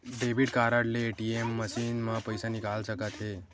debit card ले ATM machine म पइसा निकाल सकत हे